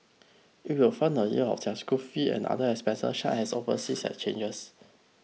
it will fund a year of their school fees and other expenses such as overseas exchanges